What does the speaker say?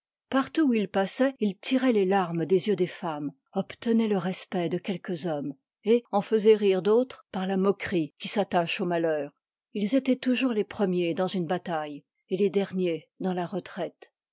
tout où ils p assoient ils tiroient les larmes des yeux des femmes obtenoient le respect de quelques hommes et en faisoient rire d'autres par la moquerie qui s'attache au malheur ils étoient toujours les premiers dans une bataille et les derniers dans la retraite